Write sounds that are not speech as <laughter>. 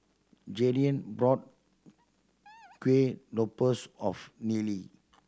Jadyn brought <noise> Kuih Lopes of Nellie